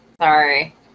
Sorry